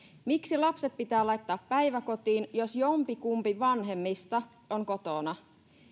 miksi lapset pitää laittaa päiväkotiin jos jompikumpi vanhemmista on kotona